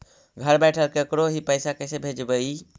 घर बैठल केकरो ही पैसा कैसे भेजबइ?